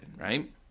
right